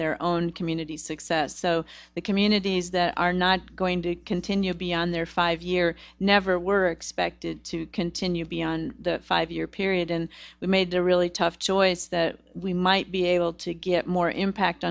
their own community success so that communities that are not going to continue beyond their five year never were expected to continue beyond the five year period and we made a really tough choice that we might be able to get more impact